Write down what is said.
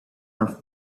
are